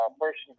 first